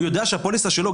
הוא יודע שהפוליסה שלו,